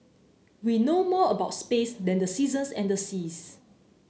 we know more about space than the seasons and the seas